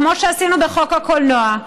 כמו שעשינו בחוק הקולנוע.